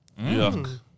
Yuck